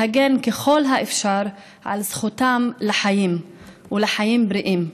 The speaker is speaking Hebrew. להגן ככל האפשר על זכותם לחיים ולחיים בריאים.